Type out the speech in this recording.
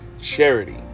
charity